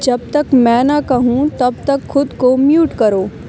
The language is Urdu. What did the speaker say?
جب تک میں نہ کہوں تب تک خود کو میوٹ کرو